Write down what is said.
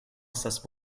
estas